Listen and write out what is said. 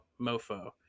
Mofo